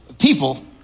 people